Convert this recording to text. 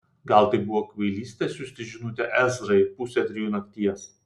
gal tai buvo kvailystė siųsti žinutę ezrai pusę trijų nakties